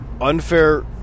unfair